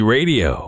Radio